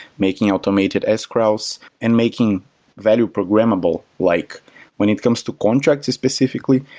making automated escrows and making value programmable. like when it comes to contracts specifically,